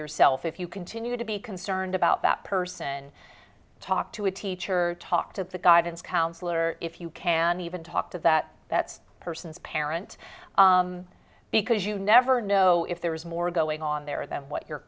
yourself if you continue to be concerned about that person talk to a teacher talk to the guidance counselor if you can even talk to that that's person's parent because you never know if there is more going on there or them what you're